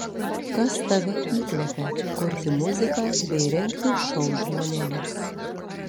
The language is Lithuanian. kas tave įkvepia kurti muziką bei rengti šou žmonėms